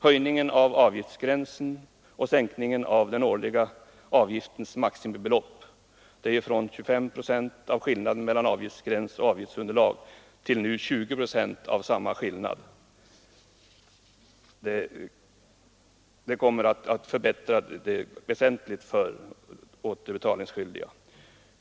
Höjningen av avgiftsgränsen och sänkningen av den årliga avgiftens maximibelopp ändras nu från 25 procent av skillnaden mellan avgiftsgräns och avgiftsunderlag till 20 procent av samma skillnad, vilket kommer att bli en avsevärd förbättring för den återbetalningsskyldige.